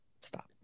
stop